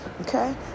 okay